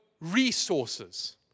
resources